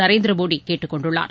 நரேந்திர மோடி கேட்டுக் கொண்டுள்ளார்